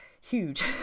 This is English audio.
huge